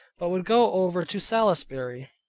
but would go over to salisbury,